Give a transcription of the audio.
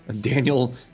Daniel